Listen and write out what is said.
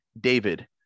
David